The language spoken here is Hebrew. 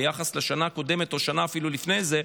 ביחס לשנה הקודמת או אפילו שנה לפני זה.